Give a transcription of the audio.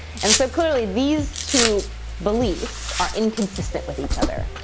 and so clearly these two beliefs are inconsistent with each other.